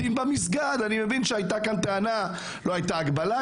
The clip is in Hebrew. אני מבין שהייתה כאן טענה שלא הייתה הגבלה,